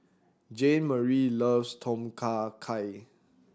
Jeanmarie loves Tom Kha Gai